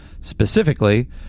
Specifically